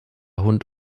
hund